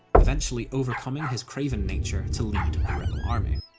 eventually overcoming his craven nature to lead the rebel army.